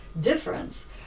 difference